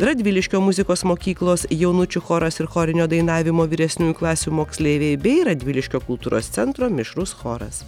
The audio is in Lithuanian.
radviliškio muzikos mokyklos jaunučių choras ir chorinio dainavimo vyresniųjų klasių moksleiviai bei radviliškio kultūros centro mišrus choras